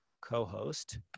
co-host